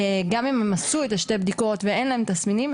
גם אם הם עשו את שתי הבדיקות ואין להם תסמינים,